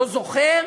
לא זוכר